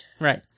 Right